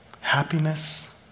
happiness